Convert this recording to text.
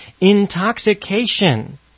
intoxication